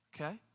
okay